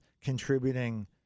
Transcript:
contributing